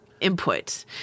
input